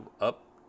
up